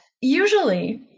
usually